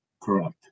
Correct